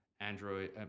Android